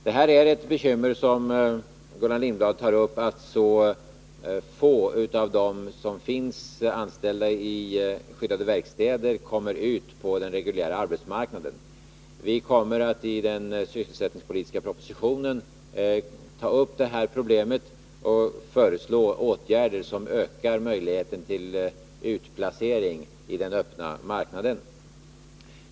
Det är ett bekymmer att så få av de anställda i skyddade verkstäder kommer ut på den reguljära arbetsmarknaden. Vi kommer därför i den sysselsättningspolitiska propositionen att ta upp detta problem och föreslå åtgärder som ökar möjligheten till utplacering på den öppna marknaden.